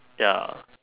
ya